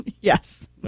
Yes